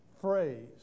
phrase